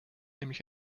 nämlich